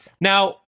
Now